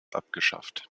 abgeschafft